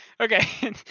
okay